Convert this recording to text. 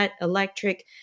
electric